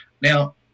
Now